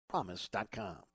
Promise.com